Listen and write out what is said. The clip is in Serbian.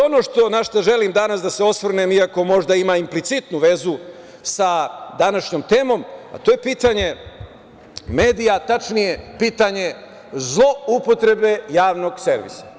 Ono na šta želim danas da se osvrnem, iako možda ima implicitnu vezu, sa današnjom temom, a to je pitanje medija, tačnije pitanje zloupotrebe javnog servisa.